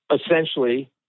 essentially